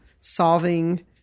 solving